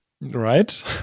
Right